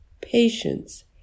patience